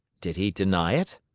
did he deny it?